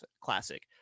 classic